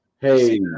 hey